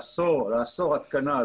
לאסור התקנה,